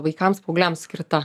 vaikams paaugliams skirta